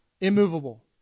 immovable